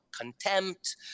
contempt